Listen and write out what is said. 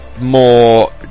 more